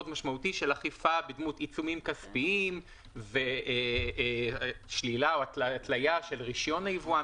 משמעותי של אכיפה בדמות עיצומים כספיים ושלילה או התליה של רישיון היבואן.